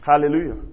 hallelujah